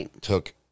took